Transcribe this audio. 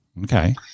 Okay